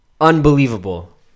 unbelievable